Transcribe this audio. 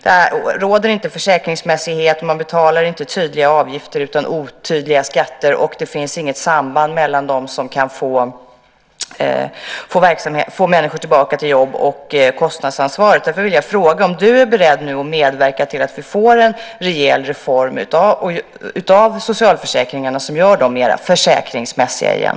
Det råder inte försäkringsmässighet, och man betalar inte tydliga avgifter utan otydliga skatter. Det finns inget samband mellan att få människor tillbaka i jobb och kostnadsansvaret. Därför vill jag fråga om du är beredd att medverka till att det blir en rejäl reform av socialförsäkringarna som gör dem mera försäkringsmässiga igen.